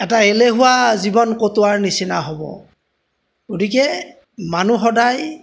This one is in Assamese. এটা এলেহুৱা জীৱন কটোৱাৰ নিচিনা হ'ব গতিকে মানুহ সদায়